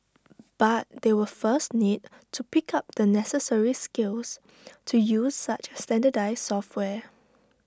but they will first need to pick up the necessary skills to use such standardised software